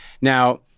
Now